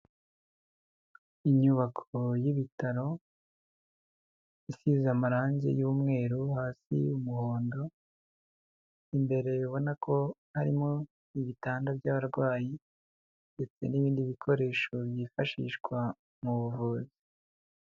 Inyubako y'ibitaro, isize amarangi y'umweru hasi umuhondo, imbere ibona ko harimo ibitanda by'abarwayi ndetse n'ibindi bikoresho byifashishwa mu buvuzi.